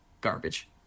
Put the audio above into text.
Garbage